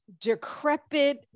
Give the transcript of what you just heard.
decrepit